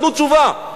תנו תשובה,